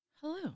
Hello